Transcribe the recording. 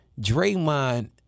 Draymond